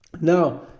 now